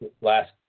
last